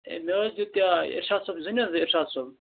A مےٚ حظ دیُت یہِ ارشاد صٲب زٔمیٖن حظ ارشاد صٲب